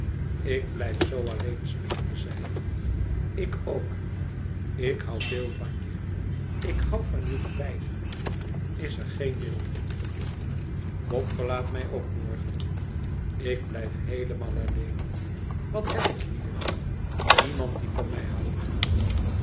ik blijf zoo alleen snikte zij ik ook ik hoû veel van je ik hoû van jullie beiden is er geen middel bob verlaat mij ook morgen ik blijf heelemaal alleen wat heb ik hier niemand die van mij houdt